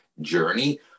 journey